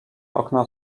okna